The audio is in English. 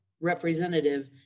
representative